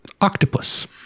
octopus